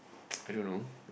I don't know